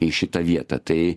į šitą vietą tai